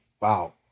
Wow